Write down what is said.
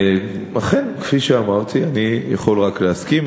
אכן, כפי שאמרתי, אני יכול רק להסכים.